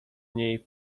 niej